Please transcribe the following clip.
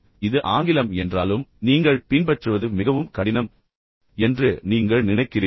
எனவே இது ஆங்கிலம் என்றாலும் நீங்கள் பின்பற்றுவது மிகவும் கடினம் என்று நீங்கள் நினைக்கிறீர்கள்